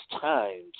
times